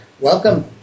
Welcome